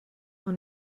ond